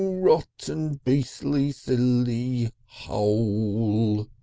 ro-o-o-tten be-e-astly silly hole!